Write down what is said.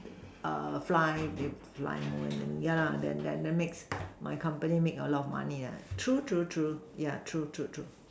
err fly they fly more and then yeah lah then then makes my company make a lot money yeah true true true yeah true true true